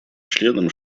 членам